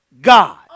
God